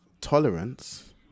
tolerance